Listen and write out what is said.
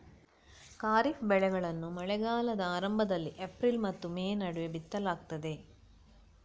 ಖಾರಿಫ್ ಬೆಳೆಗಳನ್ನು ಮಳೆಗಾಲದ ಆರಂಭದಲ್ಲಿ ಏಪ್ರಿಲ್ ಮತ್ತು ಮೇ ನಡುವೆ ಬಿತ್ತಲಾಗ್ತದೆ